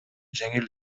жеңил